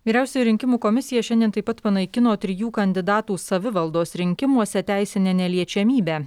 vyriausioji rinkimų komisija šiandien taip pat panaikino trijų kandidatų savivaldos rinkimuose teisinę neliečiamybę